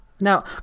Now